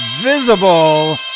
Visible